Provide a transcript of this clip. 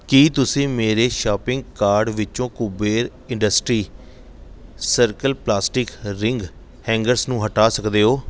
ਕੀ ਤੁਸੀਂ ਮੇਰੇ shopping card ਵਿੱਚੋ Kuber industry circle plastic ring hangers ਨੂੰ ਹਟਾ ਸਕਦੇ ਹੋ